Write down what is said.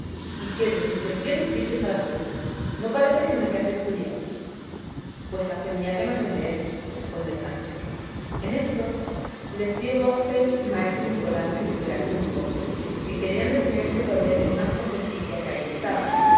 y qué de discreciones dices a las veces no parece sino que has estudiado pues a fe mía que no sé leer respondió sancho en esto les dio voces maese nicolás que esperasen un poco que querían detenerse a beber en una fontecilla que allí estaba